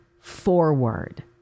forward